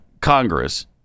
Congress